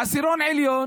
העשירון העליון